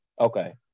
Okay